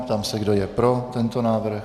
Ptám se, kdo je pro tento návrh.